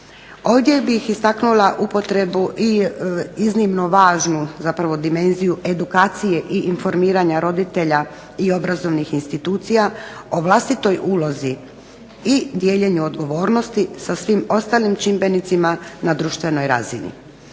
Ovdje bih istaknula upotrebu i iznimno važnu, zapravo dimenziju edukacije i informiranja roditelja i obrazovnih institucija o vlastitoj ulozi i dijeljenju odgovornosti sa svim ostalim čimbenicima na društvenoj razini.